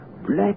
Black